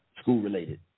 school-related